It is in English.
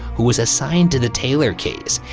who was assigned to the taylor case,